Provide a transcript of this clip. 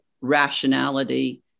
rationality